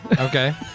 Okay